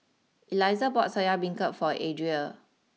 Elizah bought Soya Beancurd for Adria